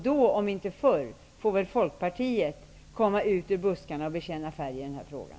Då, om inte förr, får Folkpartiet komma ut ur buskarna och bekänna färg i den här frågan.